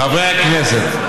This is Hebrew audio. חברי הכנסת,